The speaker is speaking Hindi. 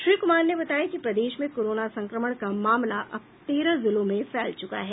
श्री कुमार ने बताया कि प्रदेश में कोरोना संक्रमण का मामला अब तेरह जिलों में फैल चुका है